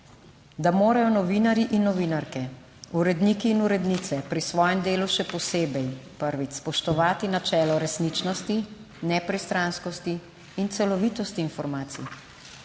Da morajo novinarji in novinarke, uredniki in urednice pri svojem delu še posebej prvič spoštovati načelo resničnosti, nepristranskosti in celovitosti informacij.